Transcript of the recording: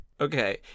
Okay